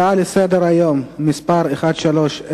הצעה לסדר-היום שמספרה 1300,